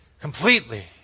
Completely